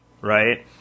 Right